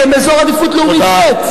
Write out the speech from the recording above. כי הם באזור עדיפות לאומית ב'.